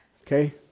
Okay